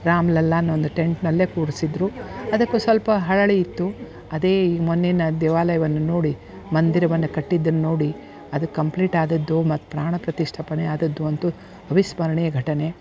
ರಾಮ ಲಲ್ಲಾನೊಂದು ಟೆಂಟಿನಲ್ಲೆ ಕೂಡಿಸಿದ್ದರು ಅದಕು ಸ್ವಲ್ಪ ಹಳಳಿ ಇತ್ತು ಅದೇ ಈ ಮೊನ್ನಿನ ದೇವಾಲಯವನ್ನು ನೋಡಿ ಮಂದಿರವನ್ನು ಕಟ್ಟಿದ್ದನ್ನು ನೋಡಿ ಅದು ಕಂಪ್ಲೀಟ್ ಆದದ್ದು ಮತ್ತು ಪ್ರಾಣ ಪ್ರತಿಷ್ಠಾಪನೆ ಆದದ್ದು ಅಂತೂ ಅವಿಸ್ಮರಣೀಯ ಘಟನೆ